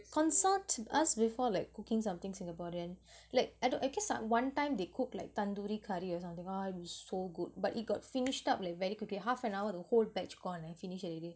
consult us before like cooking something singaporean like I do~ I guess ah one time they cooked like tandoori curry or something ah it's so good but it got finished up like very quickly half an hour the whole batch gone eh finish already